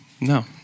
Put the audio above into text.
no